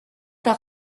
par